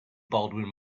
baldwin